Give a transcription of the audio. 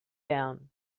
down